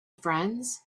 friends